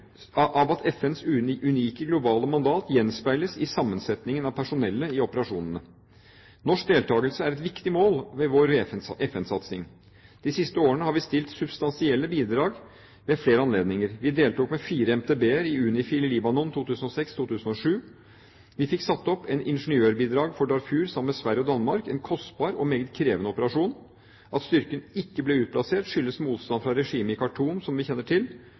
FNs unike globale mandat gjenspeiles i sammensetningen av personellet i operasjonene. Norsk deltakelse er et viktig mål ved vår FN-satsing. De siste årene har vi stilt substansielle bidrag ved flere anledninger. Vi deltok med fire MTB-er i UNIFIL i Libanon i 2006–2007. Vi fikk satt opp et ingeniørbidrag for Darfur sammen med Sverige og Danmark, en kostbar og meget krevende operasjon. At styrken ikke ble utplassert, skyldtes motstand fra regimet i Khartoum, som vi kjenner til.